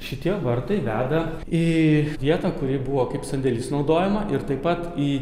šitie vartai veda į vietą kuri buvo kaip sandėlis naudojama ir taip pat į